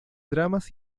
dramas